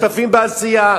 אנחנו שותפים בעשייה,